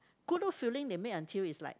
Goodwood filling they make until is like